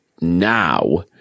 now